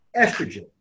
estrogen